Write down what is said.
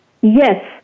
Yes